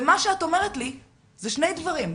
ומה שאת אומרת לי שני דברים,